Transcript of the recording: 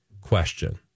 question